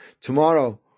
Tomorrow